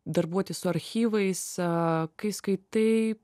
darbuotis su archyvais kai skaitai